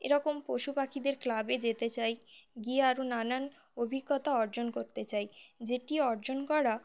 এরকম পশু পাখিদের ক্লাবে যেতে চাই গিয়ে আরও নানান অভিজ্ঞতা অর্জন করতে চাই যেটি অর্জন করা